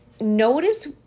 notice